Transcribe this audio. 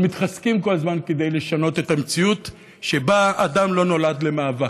אבל מתחזקים כל הזמן כדי לשנות את המציאות שבה אדם לא נולד למאבק,